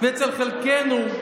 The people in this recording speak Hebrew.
ואצל חלקנו,